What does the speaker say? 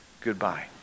goodbye